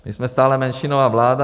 My jsme stále menšinová vláda.